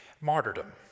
martyrdom